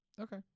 Okay